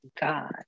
God